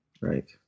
Right